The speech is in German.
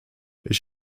ich